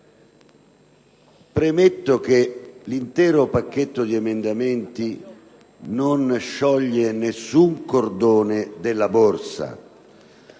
Premetto che l'intero pacchetto di emendamenti non scioglie nessun cordone della borsa: